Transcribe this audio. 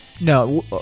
no